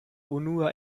unua